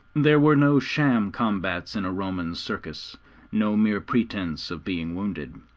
there were no sham combats in a roman circus no mere pretence of being wounded.